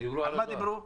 על מה דיברו?